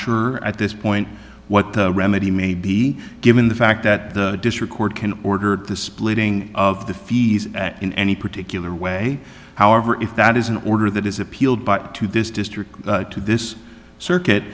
sure at this point what the remedy may be given the fact that the district court can order the splitting of the fees in any particular way however if that is an order that is appealed but to this district to this circuit